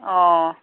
অঁ